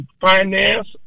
finance